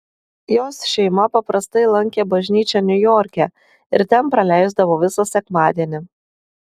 jos šeima paprastai lankė bažnyčią niujorke ir ten praleisdavo visą sekmadienį